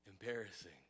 embarrassing